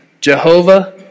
Jehovah